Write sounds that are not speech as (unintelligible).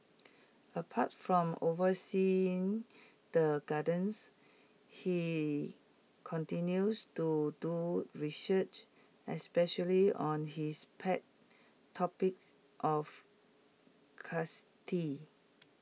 apart from overseeing the gardens he continues to do research especially on his pet topic of (unintelligible)